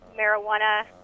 marijuana